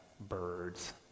birds